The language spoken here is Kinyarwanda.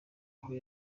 aho